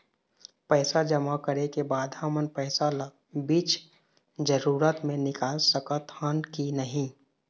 पैसा जमा करे के बाद हमन पैसा ला बीच जरूरत मे निकाल सकत हन की नहीं?